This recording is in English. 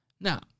Now